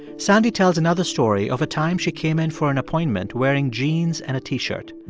sandy tells another story of a time she came in for an appointment wearing jeans and a t-shirt.